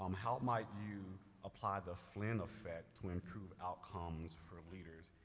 um how might you apply the flynn effect to improve outcomes for leaders.